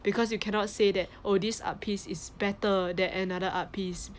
because you cannot say that oh this art piece is better than another art piece